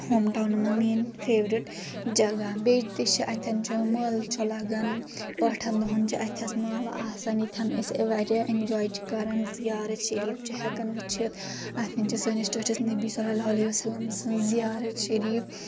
home tone منٛز میٲنۍ favourite جگہ بییٚہِ تہِ چھِ اتٮ۪ن چھُ مٲلہٕ چھُ لگان ٲٹھن دۄہن چھُ اتٮ۪س مٲلہٕ آسان ییٚتٮ۪ن أسۍ واریاہ اینجاے چھِ کران زِیارت شریف چھِ ہیٚکان وٕچھِتھ اتٮ۪ن چھِ سٲنِس ٹٲٹھس نبی صلی اللہ علیہ وسلم سٕنٛز زیارت شریف